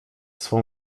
swą